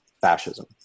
fascism